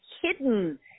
hidden